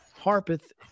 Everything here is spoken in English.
Harpeth